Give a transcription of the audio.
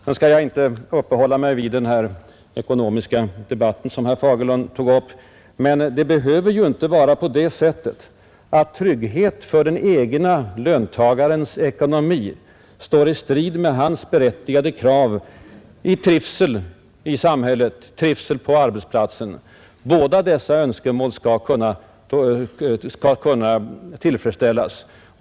Jag skall bara flyktigt beröra den ekonomiska debatt som herr Fagerlund tog upp. Det behöver ju inte vara på det sättet att den enskilde löntagarens ekonomi står i strid med hans berättigade krav på trivsel i samhället, trivsel på arbetsplatsen. Båda dessa önskemål skall kunna tillfredsställas.